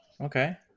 okay